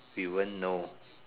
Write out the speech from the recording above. we won't know